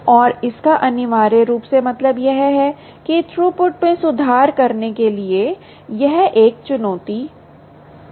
और इसका अनिवार्य रूप से मतलब यह है कि थ्रूपुट में सुधार करने के लिए यह एक चुनौती है